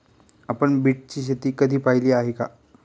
आपण बीटची शेती कधी पाहिली आहे का?